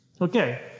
Okay